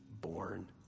born